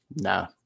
No